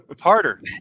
harder